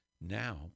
Now